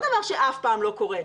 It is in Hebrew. זה לא דבר שאף פעם לא קורה,